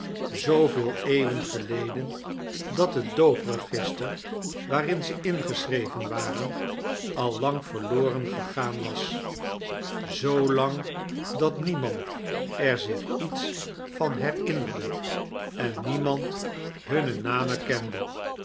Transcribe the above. zooveel eeuwen geleden dat luet doopregister waarin ze ingeschreven waren al lang verloren gegaan was zoo lang dat niemand er zich iete van berinmerde en niemand lmnne namen kende